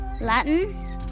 Latin